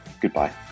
goodbye